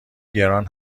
گران